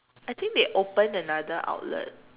I think they opened another outlet